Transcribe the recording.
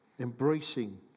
embracing